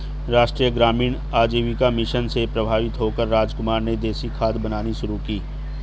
राष्ट्रीय ग्रामीण आजीविका मिशन से प्रभावित होकर रामकुमार ने देसी खाद बनानी शुरू की